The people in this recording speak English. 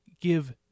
give